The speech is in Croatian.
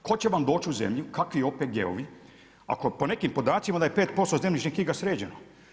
Tko će vam doći u zemlju, kakvi OPG-ovi, ako po nekim podacima da je 5% zemljišnih knjiga sređeno?